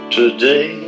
today